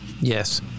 Yes